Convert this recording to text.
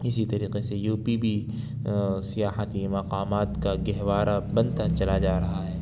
اسی طریقے سے یو پی بھی سیاحتی مقامات کا گہوارہ بنتا چلا جا رہا ہے